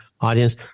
audience